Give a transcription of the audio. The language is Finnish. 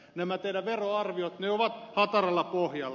nämä teidän veroarvionne ovat hataralla pohjalla